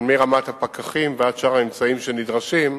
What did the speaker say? מרמת הפקחים ועד שאר האמצעים שנדרשים,